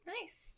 Nice